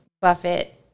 Buffett